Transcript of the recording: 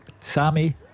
Sammy